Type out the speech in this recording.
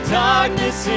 darkness